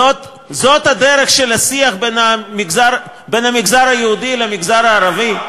זאת הדרך של השיח בין המגזר היהודי למגזר הערבי?